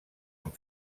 amb